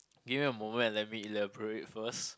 give me a moment and let me elaborate first